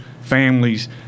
families